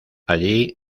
allí